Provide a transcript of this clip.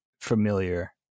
familiar